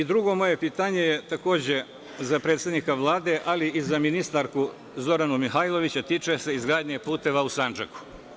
Drugo moje pitanje je takođe za predsednika Vlade, ali i za ministarku Zoranu Mihajlović, a tiče se izgradnje puteva u Sandžaku.